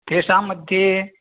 तेषां मध्ये